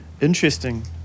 interesting